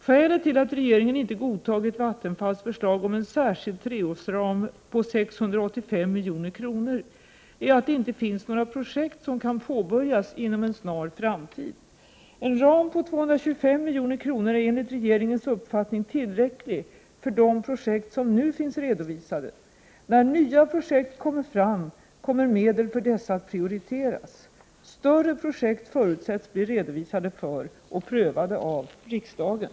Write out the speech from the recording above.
Skälet till att regeringen inte godtagit Vattenfalls förslag om en särskild treårsram på 685 milj.kr. är att det inte finns några projekt som kan påbörjas inom en snar framtid. En ram på 225 milj.kr. är enligt regeringens uppfattning tillräcklig för de projekt som nu finns redovisade. När nya projekt kommer fram kommer medel för dessa att prioriteras. Större projekt förutsätts bli redovisade för och prövade av riksdagen.